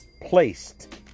placed